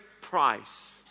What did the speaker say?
price